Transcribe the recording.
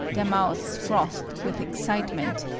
their mouths frothed with excitement,